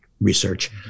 research